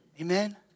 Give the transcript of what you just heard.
Amen